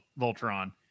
Voltron